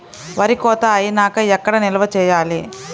వరి కోత అయినాక ఎక్కడ నిల్వ చేయాలి?